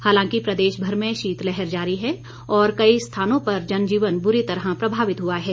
हालांकि प्रदेश भर में शीतलहर जारी है और कई स्थानों पर जनजीवन बुरी तरह प्रभावित हुआ है